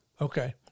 Okay